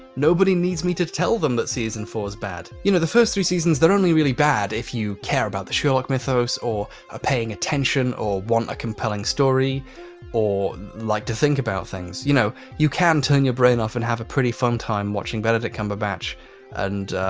nobody needs me to tell them that season four is bad. you know the first three seasons they're only really bad if you care about the sherlock mythos or ah paying attention or want a compelling story or like to think about things. you know, you can turn your brain off and have a pretty fun time watching benedict cumberbatch and,